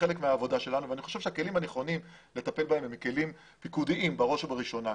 אני חושב שהכלים הנכונים לטפל בהם הם כלים פיקודיים בראש ובראשונה.